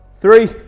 Three